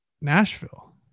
nashville